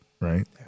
right